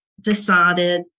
decided